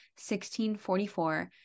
1644